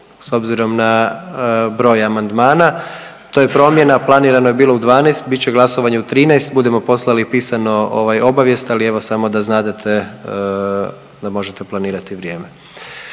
s obzirom na broj amandmana. To je promjena. Planirano je bilo u 12,00 bit će glasovanje u 13,00. Budemo poslali i pisano obavijest, ali evo samo da znadete da možete planirati vrijeme.